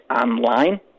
online